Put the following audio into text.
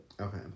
Okay